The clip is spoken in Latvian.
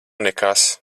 nekas